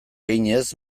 eginez